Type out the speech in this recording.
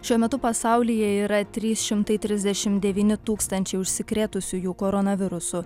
šiuo metu pasaulyje yra trys šimtai trisdešimt devyni tūkstančiai užsikrėtusiųjų koronavirusu